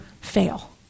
fail